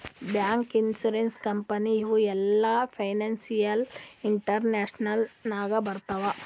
bank, insurance company ಇವು ಎಲ್ಲಾ financial institution ನಾಗೆ ಬರ್ತಾವ್